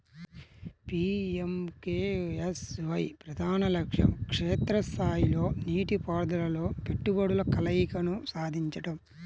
PMKSY ప్రధాన లక్ష్యం క్షేత్ర స్థాయిలో నీటిపారుదలలో పెట్టుబడుల కలయికను సాధించడం